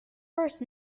first